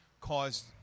caused